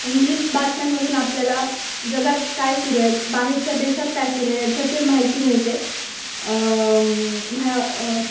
English बातम्यांमधून आपल्याला जगात काय सुरू आहे बाहेरच्या देशात काय सुरू आहे याच्यातील माहिती मिळते म्ह